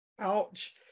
ouch